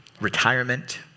retirement